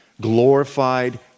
glorified